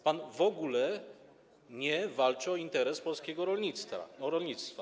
Pan w ogóle nie walczy o interes polskiego rolnictwa.